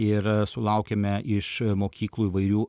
ir sulaukiame iš mokyklų įvairių